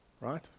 Right